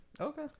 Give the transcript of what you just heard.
Okay